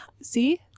See